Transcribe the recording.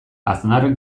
aznarrek